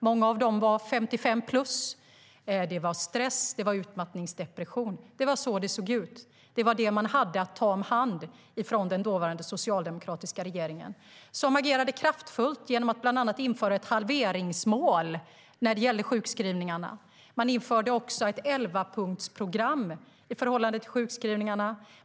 Många av dessa kvinnor var 55-plus. Det var stress och utmattningsdepression. Det var så det såg ut. Det var det som den dåvarande socialdemokratiska regeringen hade att ta hand om. Man agerade kraftfullt genom att bland annat införa ett halveringsmål när det gällde sjukskrivningarna. Man införde också ett elvapunktsprogram i förhållande till sjukskrivningar.